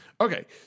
Okay